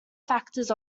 factors